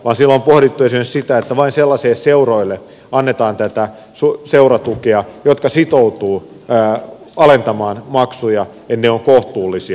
on pohdittu esimerkiksi sitä että vain sellaisille seuroille annetaan tätä seuratukea jotka sitoutuvat alentamaan maksuja niin että ne ovat kohtuullisia